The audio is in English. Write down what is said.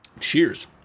Cheers